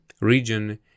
region